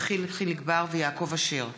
יחיאל חיליק בר ויעקב אשר בנושא: